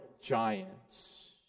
giants